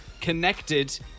connected